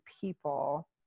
people